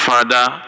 Father